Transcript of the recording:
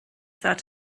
that